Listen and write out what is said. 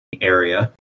area